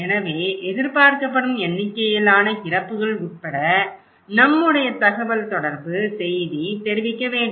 எனவே எதிர்பார்க்கப்படும் எண்ணிக்கையிலான இறப்புகள் உட்பட நம்முடைய தகவல் தொடர்பு செய்தி தெரிவிக்க வேண்டும்